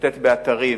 שמשוטט באתרים